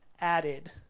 added